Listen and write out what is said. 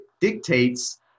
dictates